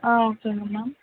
ஆ ஓகேங்க மேம்